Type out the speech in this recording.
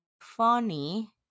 funny